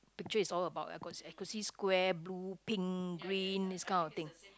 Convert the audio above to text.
picture is all about I could see I could see square blue pink green this kind of thing